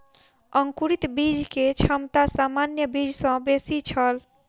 अंकुरित बीज के क्षमता सामान्य बीज सॅ बेसी छल